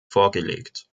vorgelegt